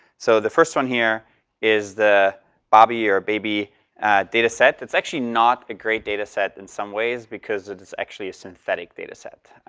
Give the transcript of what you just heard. so the first one here is the babi or babi data set, it's actually not a great data set in some ways because it is actually a synthetic data set.